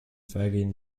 fagin